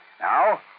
Now